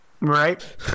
Right